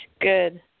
Good